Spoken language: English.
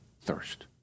thirst